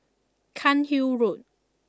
Cairnhill Road